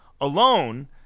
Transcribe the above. alone